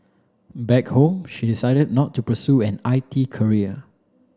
back home she decided not to pursue an I T career